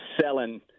selling